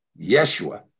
Yeshua